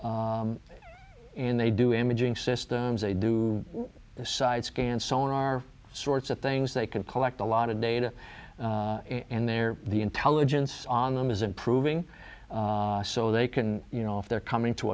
and they do imaging systems they do a side scan sonar sorts of things they can collect a lot of data and they're the intelligence on them is improving so they can you know if they're coming to